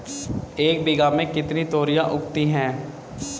एक बीघा में कितनी तोरियां उगती हैं?